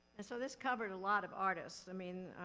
and so this covered a lot of artists. i mean